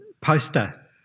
poster